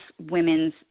women's